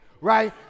right